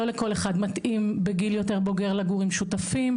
לא לכל אחד מתאים בגיל יותר בוגר לגור עם שותפים.